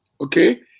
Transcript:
Okay